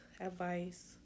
advice